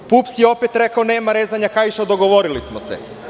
PUPS je opet rekao - nema rezanja kaiša, dogovorili smo se.